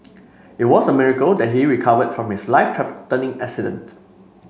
it was a miracle that he recovered from his life threatening accident